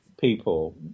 people